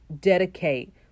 dedicate